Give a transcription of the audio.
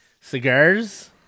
Cigars